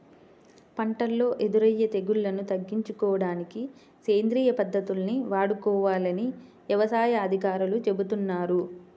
పంటల్లో ఎదురయ్యే తెగుల్లను తగ్గించుకోడానికి సేంద్రియ పద్దతుల్ని వాడుకోవాలని యవసాయ అధికారులు చెబుతున్నారు